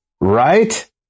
Right